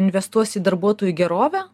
investuos į darbuotojų gerovę